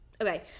Okay